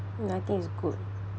mm I think it's good